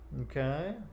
Okay